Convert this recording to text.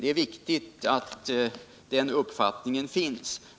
Det är viktigt att den uppfattningen finns.